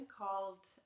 called